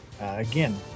Again